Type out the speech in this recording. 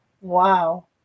Wow